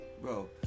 Bro